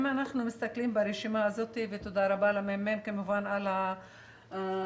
אם אנחנו מסתכלים ברשימה הזאת - ותודה רבה לממ"מ כמובן על המסמך,